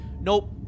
nope